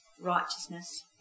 righteousness